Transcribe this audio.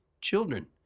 children